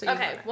Okay